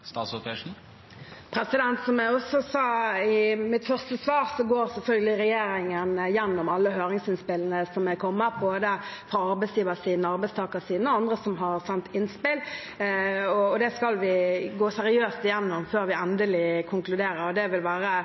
Som jeg også sa i mitt første svar, går selvfølgelig regjeringen gjennom alle høringsinnspillene som har kommet, både fra arbeidsgiversiden, arbeidstakersiden og andre som har sendt innspill. Det skal vi gå seriøst gjennom før vi endelig konkluderer. Det vil være